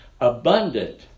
abundant